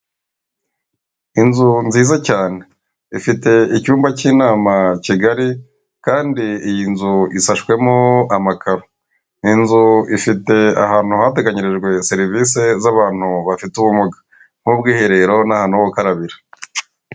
Inzu nziza cyane ifite icyumba cy'inama kigali kandi iyi nzu isashwemo amakaro, inzu ifite ahantu hateganyirijwe serivisi z'abantu bafite ubumuga nk'ubwiherero n'ahantu ho gukarabira.